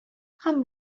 һәм